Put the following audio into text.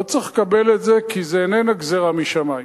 לא צריך לקבל את זה, כי זו איננה גזירה משמים.